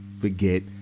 forget